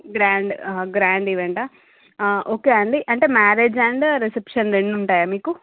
grand ఆహా grand ఈవెంటా okay అండి అంటే మ్యారేజ్ అండ్ రిసెప్షన్ రెండు ఉంటాయా మీకు